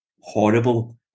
horrible